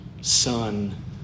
son